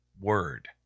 word